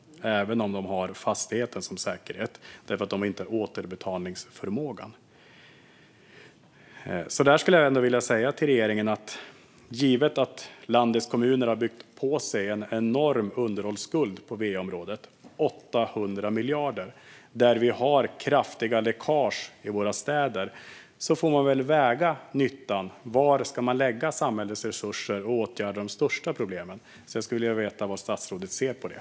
Även om de har fastigheten som säkerhet har de inte återbetalningsförmågan. Här skulle jag ändå vilja säga till regeringen att givet att landets kommuner har byggt på sig en enorm underhållsskuld på va-området - 800 miljarder - och att vi har kraftiga läckage i våra städer får man väl väga nyttan av var man lägger samhällets resurser och åtgärda de största problemen. Jag skulle vilja veta hur statsrådet ser på det.